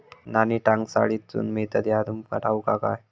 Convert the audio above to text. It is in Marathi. नाणी टांकसाळीतसून मिळतत ह्या तुमका ठाऊक हा काय